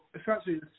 essentially